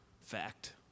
Fact